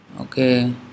Okay